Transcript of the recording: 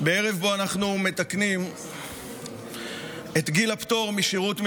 בערב שבו אנחנו מתקנים את גיל הפטור משירות מילואים,